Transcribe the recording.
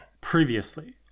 Previously